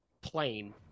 plane